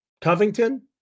Covington